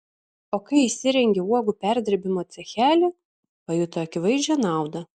o kai įsirengė uogų perdirbimo cechelį pajuto akivaizdžią naudą